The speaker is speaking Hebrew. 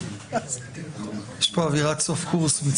כמו שאמרתי,